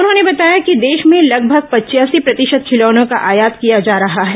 उन्होंने बताया कि देश में लगभग पचयासी प्रतिशत खिलौनों का आयात किया जा रहा है